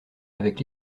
avec